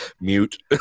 Mute